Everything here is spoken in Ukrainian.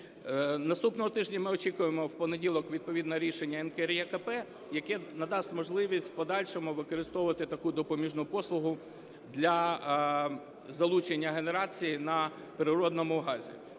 Наступного тижня ми очікуємо в понеділок відповідне рішення НКРЕКП, яке надасть можливість в подальшому використовувати таку допоміжну послугу для залучення генерації на природному газі.